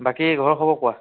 বাকী ঘৰৰ খবৰ কোৱা